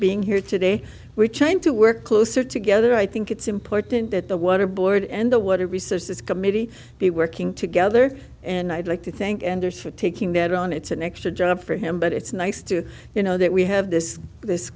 being here today we're trying to work closer together i think it's important that the water board and the water resources committee be working together and i'd like to thank anders for taking that on it's an extra job for him but it's nice to you know that we have this this